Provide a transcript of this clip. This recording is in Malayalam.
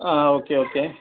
ആ ഓക്കേ ഓക്കേ